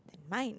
than mine